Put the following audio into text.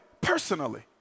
personally